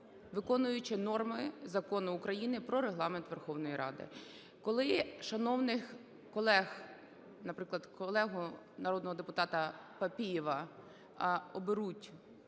виконуючи норми Закону України про Регламент Верховної Ради. Коли шановних колег, наприклад, колегу, народного депутата Папієва оберуть